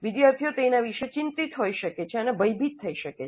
વિદ્યાર્થીઓ તેના વિશે ચિંતિત હોઈ શકે છે અને ભયભીત થઈ શકે છે